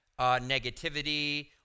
negativity